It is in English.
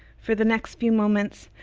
for the next few moments,